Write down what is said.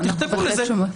תכתבו לזה,